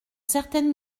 certaines